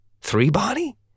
Three-body